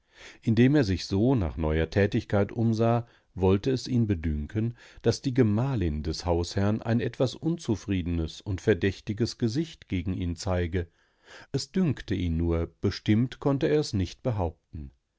indem er sich so nach neuer tätigkeit umsah wollte es ihn bedünken daß die gemahlin des hausherrn ein etwas unzufriedenes und verdächtiges gesicht gegen ihn zeige es dünkte ihn nur bestimmt konnte er es nicht behaupten